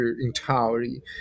entirely